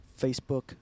Facebook